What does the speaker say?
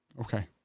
Okay